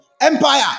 Empire